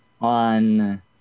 on